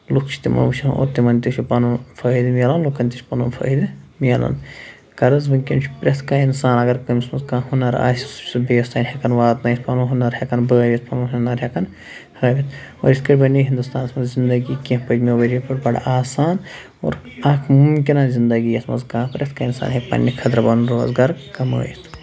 لُکھ چھِ تِمَن وٕچھان اورٕ تِمَن تہِ چھِ پَنُن فٲیِدٕ مِلان لُکَن تہِ چھِ پَنُن فٲیِدٕ مِلان غرض وٕنۍکٮ۪ن چھِ پرٛٮ۪تھ کانٛہہ اِنسان اگر تٔمِس منٛز کانٛہہ ہُنٛر آسہِ سُہ چھِ سُہ بیٚیِس تام ہٮ۪کان واتنٲیِتھ پَنُن ہُنَر ہٮ۪کان بٲیِتھ پَنُن ہُنَر ہٮ۪کان ہٲوِتھ اور یِتھ کٔنۍ بنایہِ ہِنٛدُستانَس منٛز زندگی کیٚنہہ پٔتۍمیو ؤرِیو پٮ۪ٹھ بَڑٕ آسان اور اَکھ مُمکِنہ زندگی یَتھ منٛز کانٛہہ پرٛٮ۪تھ کانٛہہ اِنسان ہٮ۪کہِ پَنٛنہِ خٲطرٕ پَنُن روزگار کمٲیِتھ